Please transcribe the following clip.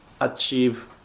achieve